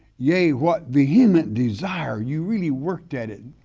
yea, what vehement desire you really worked at it,